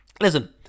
listen